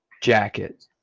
Jacket